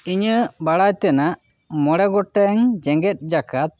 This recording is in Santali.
ᱤᱧᱟᱹᱜ ᱵᱟᱲᱟᱭ ᱛᱮᱱᱟᱜ ᱢᱚᱲᱮ ᱜᱚᱴᱟᱝ ᱡᱮᱜᱮᱫ ᱡᱟᱠᱟᱛ